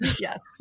Yes